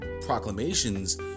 proclamations